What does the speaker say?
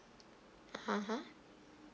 (uh huh) !huh!